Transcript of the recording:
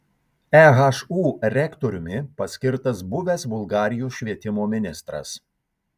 ehu rektoriumi paskirtas buvęs bulgarijos švietimo ministras